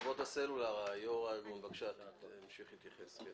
נציג חברות הסלולר, בבקשה תמשיך להתייחס.